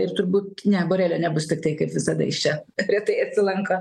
ir turbūt ne borelio nebus tiktai tai visada jis čia retai atsilanko